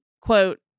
quote